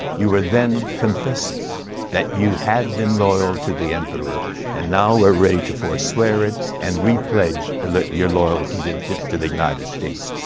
you were then confessing that you had been loyal to the emperor and now were ready to foreswear it and repledge your loyalty to the to the united states.